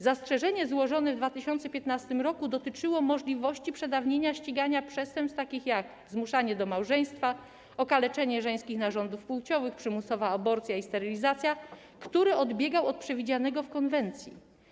Zastrzeżenie złożone w 2015 r. dotyczyło możliwości przedawnienia ścigania przestępstw takich jak: zmuszanie do małżeństwa, okaleczenie żeńskich narządów płciowych, przymusowa aborcja i sterylizacja, co odbiegało od założeń konwencji.